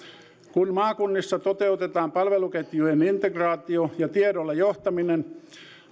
kun maakunnissa toteutetaan palveluketjujen integraatio tiedolla johtaminen